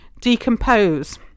decompose